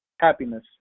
Happiness